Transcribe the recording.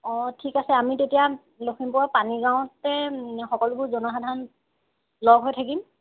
অঁ ঠিক আছে আমি তেতিয়া লখিমপুৰৰ পানীগাঁৱতে সকলোবোৰ জনসাধাৰণ লগ হৈ থাকিম